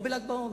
לא בל"ג בעומר,